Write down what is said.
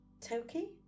Toki